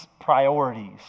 priorities